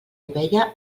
ovella